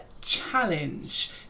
challenge